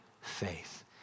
faith